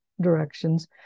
directions